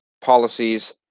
policies